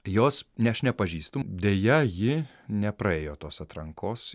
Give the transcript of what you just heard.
jos aš nepažįstu deja ji nepraėjo tos atrankos